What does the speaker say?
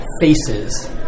faces